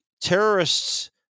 terrorists